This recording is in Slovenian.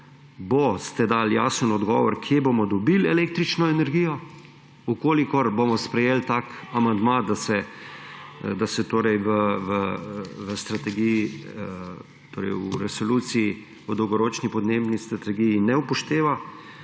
boste dali jasen odgovor, kje bomo dobili električno energijo, v kolikor bomo sprejeli tak amandma, da se v strategiji, torej v resoluciji, v dolgoročni podnebni strategiji ne upošteva